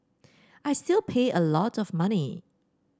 I still pay a lot of money